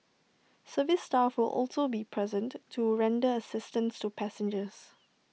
service staff will also be present to render assistance to passengers